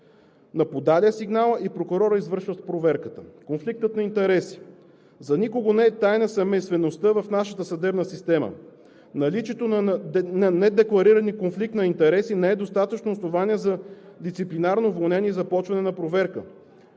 на подалия сигнала и прокурорът, извършващ проверката. Конфликтът на интереси. За никого не е тайна семействеността в нашата съдебна система. Наличието на недеклариран конфликт на интереси не е достатъчно основание за дисциплинарно уволнение и започване на проверка.